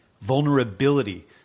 vulnerability